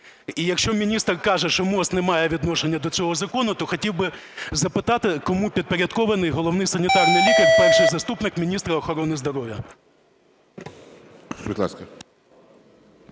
І якщо міністр каже, що МОЗ не має відношення до цього закону, то хотів би запитати, кому підпорядкований Головний санітарний лікар – перший заступник міністра охорони здоров'я? ГОЛОВУЮЧИЙ.